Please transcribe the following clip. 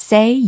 Say